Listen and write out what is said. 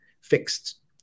fixed